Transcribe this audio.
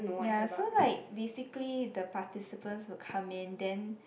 ya so like basically the participant will come in then